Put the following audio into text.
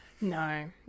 No